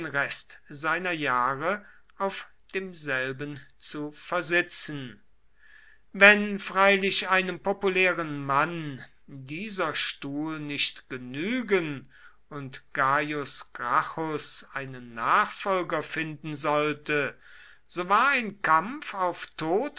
rest seiner jahre auf demselben zu versitzen wenn freilich einem populären mann dieser stuhl nicht genügen und gaius gracchus einen nachfolger finden sollte so war ein kampf auf tod